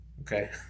okay